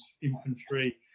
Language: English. infantry